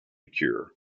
cure